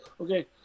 okay